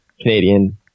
Canadian